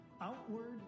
outward